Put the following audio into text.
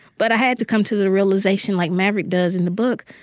but i had to come to the realization, like maverick does in the book,